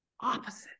opposite